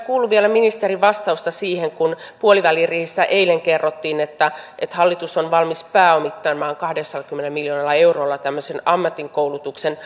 kuullut vielä ministerin vastausta siihen kun puoliväliriihestä eilen kerrottiin että että hallitus on valmis pääomittamaan kahdeksallakymmenellä miljoonalla eurolla tämmöisiä ammatillisen koulutuksen